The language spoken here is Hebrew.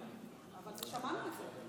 --- אבל שמענו את זה.